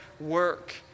work